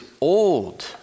old